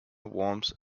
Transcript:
warms